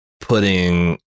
putting